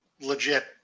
Legit